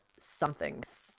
somethings